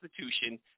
Constitution